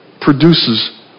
produces